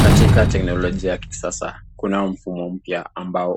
Katika teknolojia ya kisasa kunao mfumo